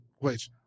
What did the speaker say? wait